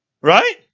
right